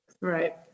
right